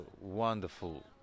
wonderful